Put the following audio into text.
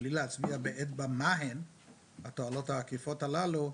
ובלי להצביע באצבע מה הן התועלות העקיפות הללו,